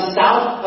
south